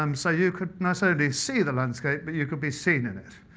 um so you could not only see the landscape, but you could be seen in it.